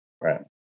Right